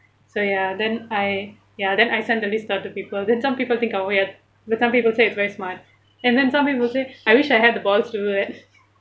so ya then I ya then I send the list to other people then some people think oh weird but some people say it's very smart and then somebody said I wish I had the balls to do that